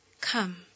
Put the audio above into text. come